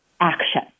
action